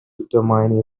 determine